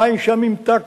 המים שם ימתקו,